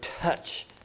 touch